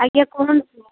ଆଜ୍ଞା କୁହନ୍ତୁ